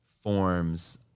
forms